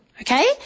Okay